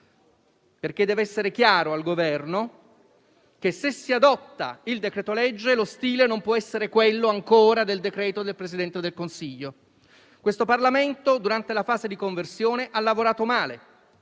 perché deve essere chiaro al Governo che se si adotta il decreto-legge, lo stile non può essere quello del decreto del Presidente del Consiglio. Questo Parlamento, durante la fase di conversione, ha lavorato male;